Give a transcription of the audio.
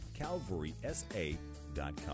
calvarysa.com